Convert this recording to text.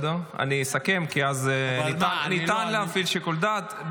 אני אסכם, כי ניתן להפעיל שיקול דעת.